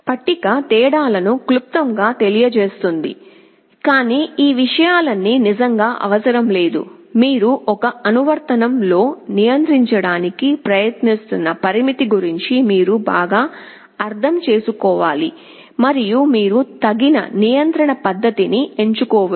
పట్టిక తేడాలను క్లూపంగా తెలియజేస్తుంది కానీ ఈ విషయాలన్నీ నిజంగా అవసరం లేదు మీరు ఒక అనువర్తనంలో నియంత్రించడానికి ప్రయత్నిస్తున్న పరిమితి గురించి మీరు బాగా అర్థం చేసుకోవాలి మరియు మీరు తగిన నియంత్రణ పద్ధతి ని ఎంచుకోవచ్చు